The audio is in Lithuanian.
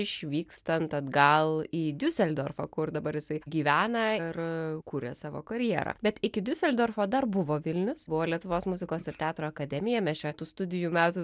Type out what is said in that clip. išvykstant atgal į diuseldorfą kur dabar jisai gyvena ir kuria savo karjerą bet iki diuseldorfo dar buvo vilnius buvo ir lietuvos muzikos ir teatro akademija mes čia tų studijų metų